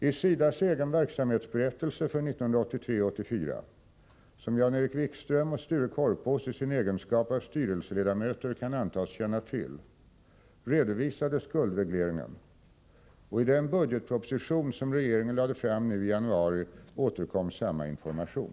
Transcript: I SIDA:s egen verksamhetsberättelse för 1983/84, som Jan-Erik Wikström och Sture Korpås i sin egenskap av styrelseledamöter kan antas känna till, redovisades skuldregleringen, och i den budgetproposition som regeringen lade fram nu i januari återkom samma information.